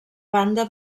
banda